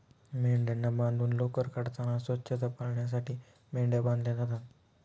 मेंढ्यांना बांधून लोकर काढताना स्वच्छता पाळण्यासाठी मेंढ्या बांधल्या जातात